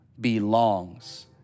belongs